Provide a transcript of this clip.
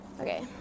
okay